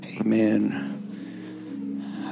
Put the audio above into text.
amen